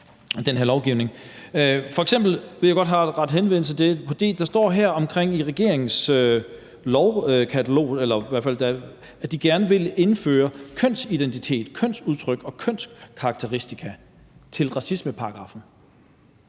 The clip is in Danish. F.eks. vil jeg godt spørge til det, der står om, at regeringen gerne vil føje kønsidentitet, kønsudtryk og kønskarakteristika til racismeparagraffen,